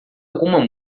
alguma